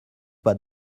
pas